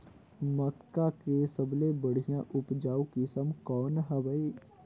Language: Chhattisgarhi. मक्का के सबले बढ़िया उपजाऊ किसम कौन हवय?